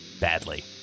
badly